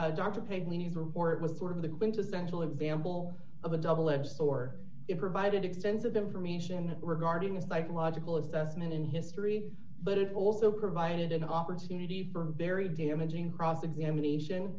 to report with sort of the quintessential example of a double edged sword it provided extensive information regarding a psychological assessment in history but it also provided an opportunity for very damaging cross examination